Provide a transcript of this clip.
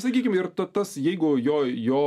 sakykim ir ta tas jeigu jo jo